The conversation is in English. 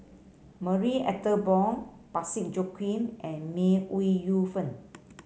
Marie Ethel Bong Parsick Joaquim and May Ooi Yu Fen